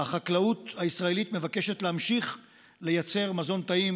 החקלאות הישראלית מבקשת להמשיך לייצר מזון טעים,